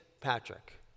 Patrick